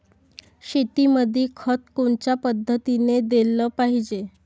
शेतीमंदी खत कोनच्या पद्धतीने देलं पाहिजे?